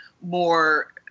more